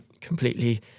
completely